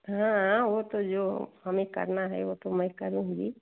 हाँ वह तो जो हमें करना है वह तो मैं करूँगी